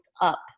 up